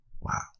Wow